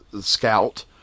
scout